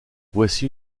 voici